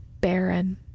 barren